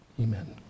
amen